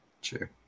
Sure